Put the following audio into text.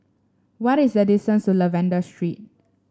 what is the distance to Lavender Street